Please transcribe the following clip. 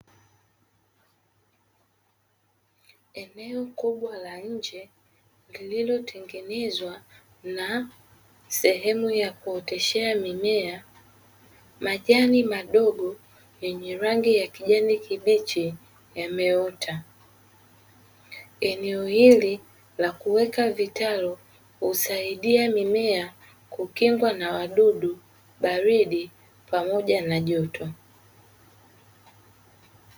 Eneo kubwa la nje lililotengenezwa na sehemu ya kuoteshea mimea; majani madogo yenye rangi ya kijani kibichi yameota. Eneo hili la kuweka vitalu husaidia mimea kutengwa na wadudu, baridi pamoja na joto.